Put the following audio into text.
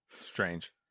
Strange